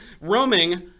Roaming